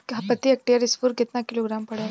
प्रति हेक्टेयर स्फूर केतना किलोग्राम पड़ेला?